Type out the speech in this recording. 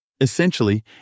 Essentially